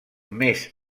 més